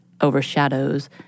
overshadows